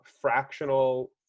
fractional